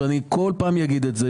וכל פעם אגיד את זה,